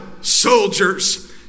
soldiers